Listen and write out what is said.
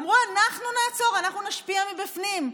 אמרו: אנחנו נעצור, אנחנו נשפיע מבפנים.